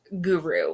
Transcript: guru